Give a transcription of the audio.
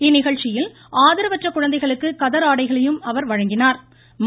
இந்நிகழ்ச்சியில் ஆதரவற்ற குழந்தைகளுக்கு கதர் ஆடைகளையும் அவர் வழங்கினா்